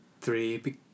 three